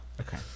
okay